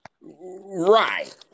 Right